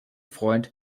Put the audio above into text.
freund